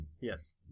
Yes